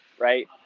right